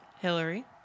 Hillary